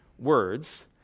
words